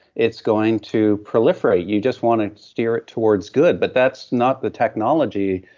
it's going to proliferate. you just want to steer it towards good, but that's not the technology,